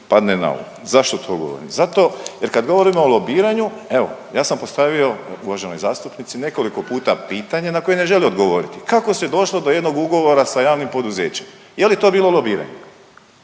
padne na um. Zašto to govorim? Zato jer kad govorimo o lobiranju, evo, ja sam postavio uvaženoj zastupnici nekoliko puta pitanje na koje ne želi odgovoriti. Kako se došlo do jednog ugovora sa javnim poduzećem? Je li to bilo lobiranje?